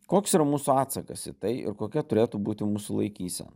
koks yra mūsų atsakas į tai ir kokia turėtų būti mūsų laikysena